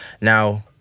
Now